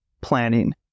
planning